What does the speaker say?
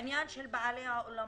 לעניין בעלי האולמות,